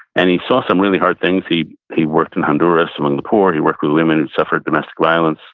and he saw some really hard things. he he worked in honduras among the poor, he worked with women who suffered domestic violence,